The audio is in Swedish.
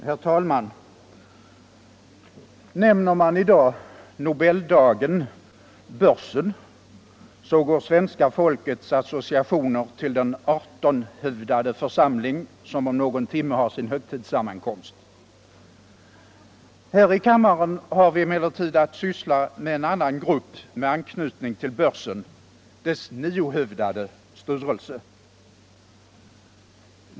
Herr talman! Nämner man Börsen i dag, Nobeldagen, går svenska folkets associationer till den artonhövdade församling som om någon timme har sin sammankomst för överlämnande av priser. Här i kammaren har vi emellertid att syssla med en annan grupp med anknytning till Börsen, dess niohövdade styrelse.